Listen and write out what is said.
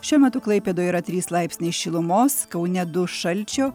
šiuo metu klaipėdoje yra trys laipsniai šilumos kaune du šalčio